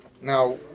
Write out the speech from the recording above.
Now